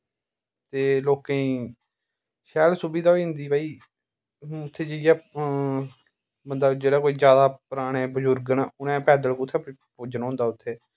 ते लोकेंई शैल सुविधा होई जंदी भाई हून उत्थें जाइयै बंदा जेह्ड़ा कोई जादा पराने बजुर्ग न उनैं पैद्दल कुत्थें पुज्जना होंदा उत्थें